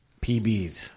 PBs